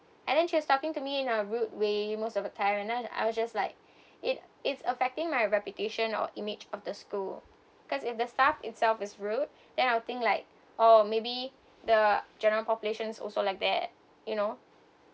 and then she was talking to me in a rude way most of the time and I I was just like it it's affecting my reputation or image of the school because if the staff itself is rude then I'll think like oh maybe the general population also like that you know